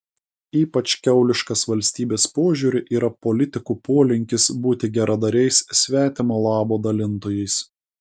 ypač kiauliškas valstybės požiūriu yra politikų polinkis būti geradariais svetimo labo dalintojais